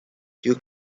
you